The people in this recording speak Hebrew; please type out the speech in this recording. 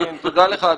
תודה לך אדוני.